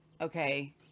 okay